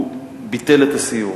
הוא ביטל את הסיור.